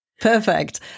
Perfect